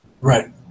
Right